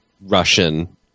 Russian